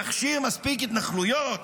יכשיר מספיק התנחלויות,